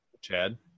Chad